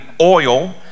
oil